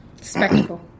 Spectacle